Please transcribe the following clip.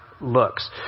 looks